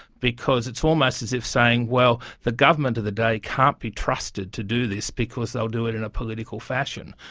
because it's almost as if saying, well, the government of the day can't be trusted to do this because they will do it in a political fashion,